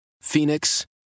Phoenix